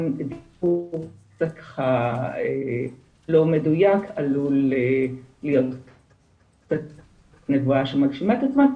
--- לא מדויק עלול להיות --- נבואה שמגשימה את עצמה.